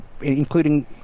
including